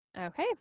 Okay